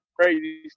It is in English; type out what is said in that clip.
crazy